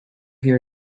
hear